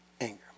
anger